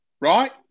right